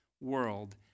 world